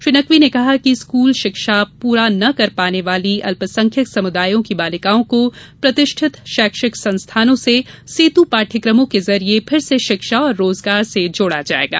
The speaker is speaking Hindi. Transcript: श्री नकवी ने कहा कि स्कूली शिक्षा पूरा न कर पाने वाली अल्पसंख्यक समुदायों की बालिकाओं को प्रतिष्ठित शैक्षिक संस्थानों से सेत पाठ्यक्रमों के जरिए फिर से शिक्षा और रोजगार से जोड़ा जाएगा